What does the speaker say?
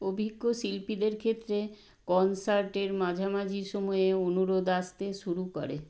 অভিজ্ঞ শিল্পীদের ক্ষেত্রে কনসার্টের মাঝামাঝি সময়ে অনুরোধ আসতে শুরু করে